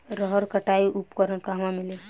रहर कटाई उपकरण कहवा मिली?